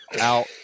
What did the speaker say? out